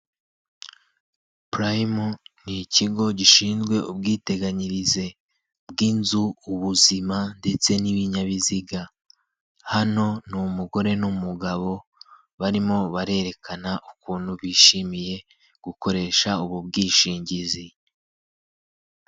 Purayimu ni ikigo gishinzwe ubwiteganyirize bw'inzu ubuzima ndetse n'ibinyabiziga hano ni umugore n'umugabo barimo barerekana ukuntu bishimiye gukoresha ubu bwishingizi.